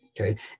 okay